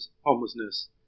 homelessness